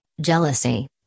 jealousy